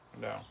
no